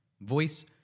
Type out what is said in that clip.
Voice